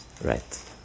Right